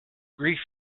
grief